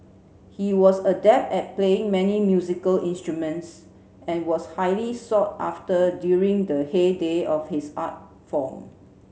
he was adept at playing many musical instruments and was highly sought after during the heyday of his art form